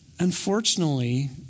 Unfortunately